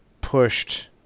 pushed